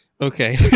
Okay